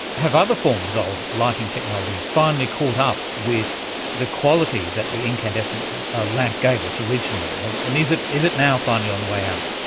have other forms of lighting technology finally caught up with the qualities that the incandescent ah lamp gave us originally, and and is it is it now finally on the way out?